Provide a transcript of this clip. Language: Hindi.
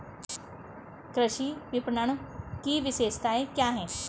कृषि विपणन की विशेषताएं क्या हैं?